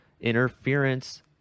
interference